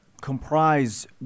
comprise